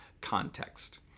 context